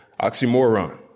oxymoron